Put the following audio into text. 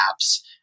apps